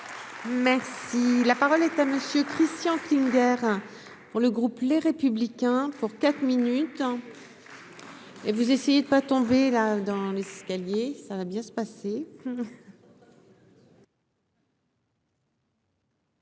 Merci, la parole est à monsieur Christian Klinger pour le groupe Les Républicains pour quatre minutes et vous essayez de pas tomber là dans l'escalier, ça va bien se passer.